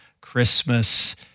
Christmas